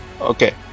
okay